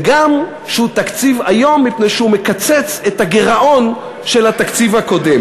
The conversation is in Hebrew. חבר'ה, אל תגנבו קרדיט.